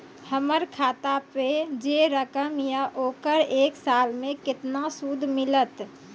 हमर खाता पे जे रकम या ओकर एक साल मे केतना सूद मिलत?